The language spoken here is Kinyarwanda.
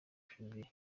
bibiri